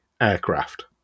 aircraft